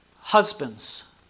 Husbands